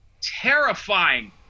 terrifying